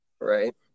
Right